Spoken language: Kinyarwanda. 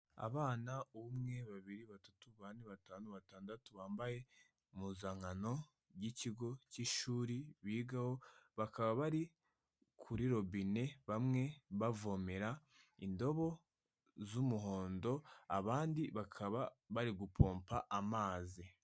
Abana umwe, babiri, batatu, bane, batanu, batandatu, bambaye impuzankano y'ikigo cy'ishuri bigaho bakaba bari kuri robine bamwe bavomera indobo z'umuhondo, abandi bakaba bari gupompa amazi.